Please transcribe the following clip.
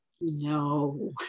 No